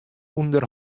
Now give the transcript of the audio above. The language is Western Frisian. ûnder